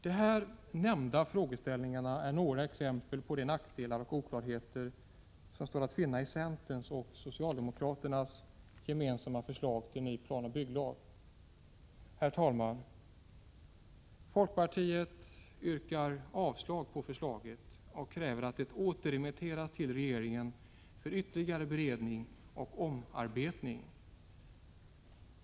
De här nämnda frågeställningarna är några exempel på de nackdelar och oklarheter som står att finna i centerns och socialdemokraternas gemensamma förslag till ny planoch bygglag. Herr talman! Folkpartiet yrkar avslag på förslaget och kräver att det återremitteras till regeringen för ytterligare beredning och omarbetning.